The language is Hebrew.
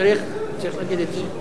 תקריא את זה,